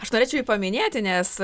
aš norėčiau jį paminėti nes